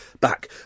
back